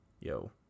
Yo